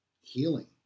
healing